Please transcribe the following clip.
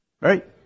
Right